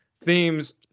themes